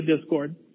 Discord